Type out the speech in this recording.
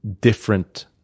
different